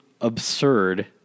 absurd